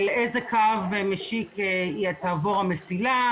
על איזה קו משיק תעבור המסילה,